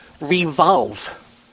Revolve